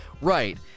Right